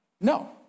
No